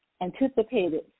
anticipated